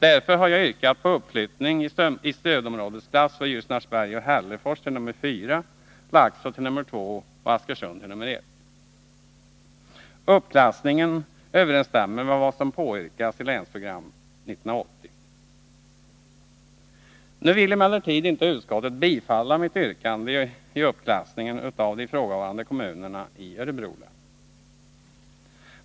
Därför har jag yrkat på uppflyttning i stödområdesklass för Ljusnarsberg och Hällefors till nr 4, Laxå till nr 2 och Askersund till nr 1. Uppklassningen överensstämmer med vad som påyrkas i Länsprogram 1980. Nu vill emellertid inte utskottet tillstyrka mitt yrkande om uppklassning av de ifrågavarande kommunerna i Örebro län.